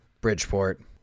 bridgeport